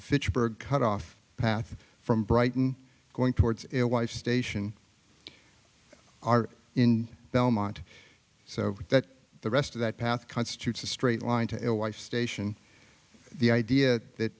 fitchburg cut off path from brighton going towards wife's station are in belmont so that the rest of that path constitutes a straight line to a wife station the idea that